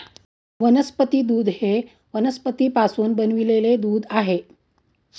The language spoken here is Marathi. वनस्पती दूध हे वनस्पतींपासून बनविलेले दूध आहे